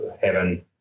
heaven